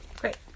great